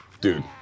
dude